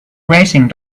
racing